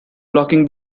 locking